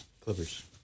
Clippers